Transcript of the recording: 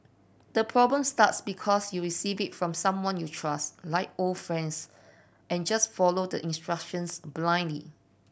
the problem starts because you receive it from someone you trust like old friends and just follow the instructions blindly